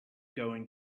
going